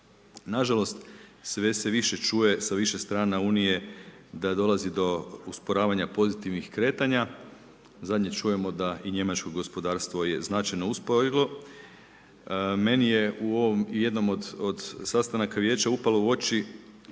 Nažalost, sve se više čuje, sa više strana EU da dolazi do usporavanja pozitivnih kretanja, zadnje čujemo da i Njemačko gospodarstvo je značajno usporilo. Meni je u ovom jednom od sastanaka Vijeća upalo u oči